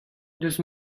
eus